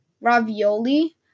ravioli